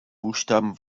buchstaben